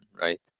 right